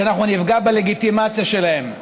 שאנחנו נפגע בלגיטימציה שלהן.